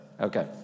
Okay